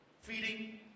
feeding